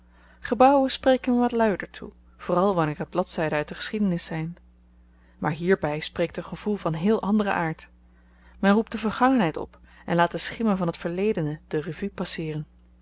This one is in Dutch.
gebouwen spreken me wat luider toe vooral wanneer t bladzyden uit de geschiedenis zyn maar hierby spreekt een gevoel van heel anderen aard men roept de vergangenheid op en laat de schimmen van t verledene de revue passeeren